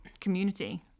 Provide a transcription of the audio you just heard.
community